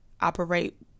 Operate